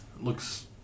looks